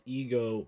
ego